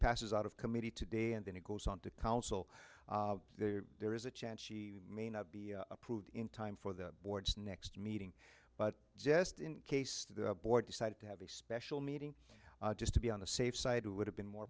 passes out of committee today and then it goes on to counsel there is a chance she may not be approved in time for the board's next meeting but just in case the board decided to have a special meeting just to be on the safe side would have been more